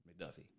McDuffie